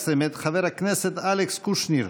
17, מאת חבר הכנסת אלכס קושניר.